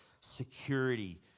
security